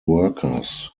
workers